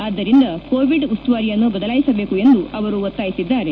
ಆದ್ದರಿಂದ ಕೋವಿಡ್ ಉಸ್ತುವಾರಿಯನ್ನು ಬದಲಾಯಿಸಬೇಕು ಎಂದು ಅವರು ಒತ್ತಾಯಿಸಿದ್ದಾರೆ